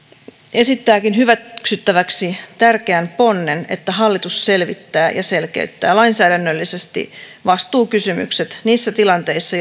esittääkin hyväksyttäväksi tärkeän ponnen että hallitus selvittää ja selkeyttää lainsäädännöllisesti vastuukysymykset niissä tilanteissa